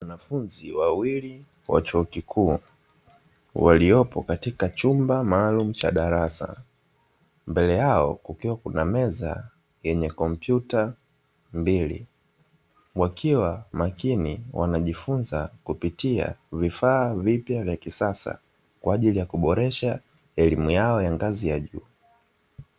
Wanafunzi wawili wa chuo kikuu waliopo katika chumba maalumu cha darasa, mbele yao kukiwa kuna meza yenye kompyuta mbili, wakiwa makini wanajifunza kupitia vifaa vipya vya kisasa kwa ajili ya kuboresha elimu yao ya ngazi za juu.